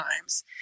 times